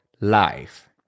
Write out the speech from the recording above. life